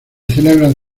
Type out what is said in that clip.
celebran